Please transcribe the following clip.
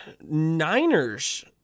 Niners